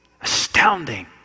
Astounding